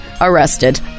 arrested